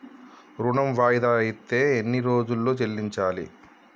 ఋణం వాయిదా అత్తే ఎన్ని రోజుల్లో చెల్లించాలి?